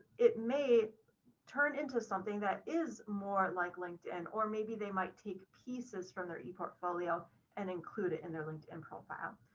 it may turn into something that is more like linkedin, or maybe they might take pieces from their eportfolio and include it in their linkedin profile.